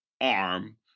arm